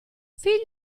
figlio